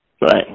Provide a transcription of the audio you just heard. right